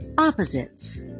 Opposites